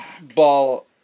ball